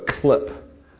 clip